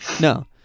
No